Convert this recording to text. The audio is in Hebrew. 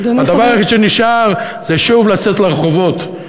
הדבר היחיד שנשאר זה שוב לצאת לרחובות,